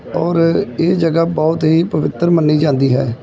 ਔਰ ਇਹ ਜਗ੍ਹਾ ਬਹੁਤ ਹੀ ਪਵਿੱਤਰ ਮੰਨੀ ਜਾਂਦੀ ਹੈ